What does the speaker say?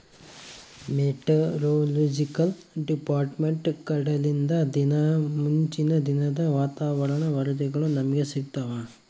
meteorological department ಕಡೆಲಿಂದ ದಿನಾ ಮುಂಚಿನ ದಿನದ ವಾತಾವರಣ ವರದಿಗಳು ನಮ್ಗೆ ಸಿಗುತ್ತವ